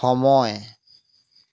সময়